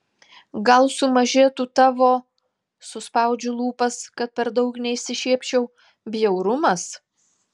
gal sumažėtų tavo suspaudžiu lūpas kad per daug neišsišiepčiau bjaurumas